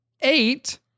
eight